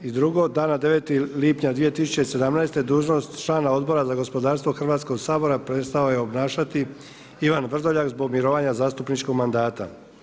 I drugo, dana 9. lipnja 2017. dužnost člana Odbora za gospodarstvo Hrvatskoga sabora prestao je obnašati Ivan Vrdoljak zbog mirovanja zastupničkog mandata.